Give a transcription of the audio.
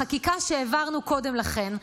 החקיקה שהעברנו קודם לכן,